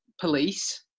police